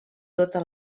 tota